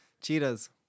Cheetahs